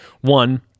One